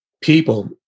people